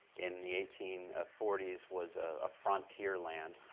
in the eighteen ah forty s was a frontier land.